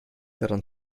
daran